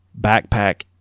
backpack